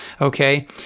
okay